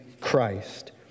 Christ